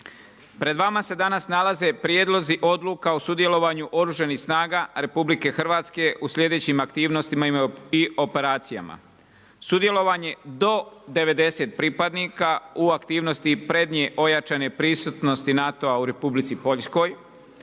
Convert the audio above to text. Pred vama se danas nalaze prijedlozi odluka o sudjelovanju Oružanih snaga RH u sljedećim aktivnostima i operacijama. Sudjelovanje do 90 pripadnika u aktivnosti prednje ojačane prisutnosti NATO-a u Republici Poljskoj,